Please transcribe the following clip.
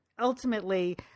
ultimately